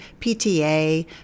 PTA